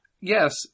yes